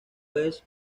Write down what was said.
vez